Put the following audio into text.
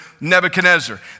Nebuchadnezzar